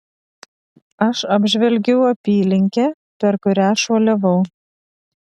aš apžvelgiau apylinkę per kurią šuoliavau